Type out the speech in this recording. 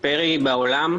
בוקר טוב.